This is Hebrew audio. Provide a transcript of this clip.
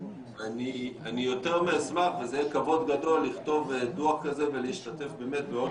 אני יותר מאשמח וזה יהיה כבוד גדול לכתוב דוח כזה ולהשתתף באמת בעוד